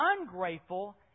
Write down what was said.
ungrateful